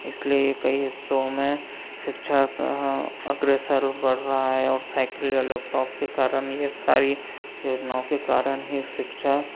इसलिए कई हिस्सों में शिक्षा का अग्रसर बढ़ रहा है और साइकिल या लैपटॉप के कारण यह सारी योजना शिक्षा